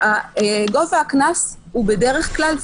האינטרס שלי כגובה כי יש קנסות שאתה